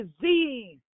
disease